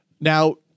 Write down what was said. Now